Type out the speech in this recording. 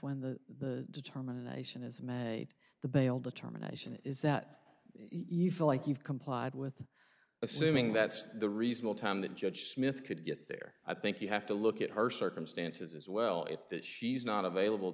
when the determination is made the bail determination is that you feel like you've complied with assuming that's the reasonable time that judge smith could get there i think you have to look her circumstances as well if that she's not available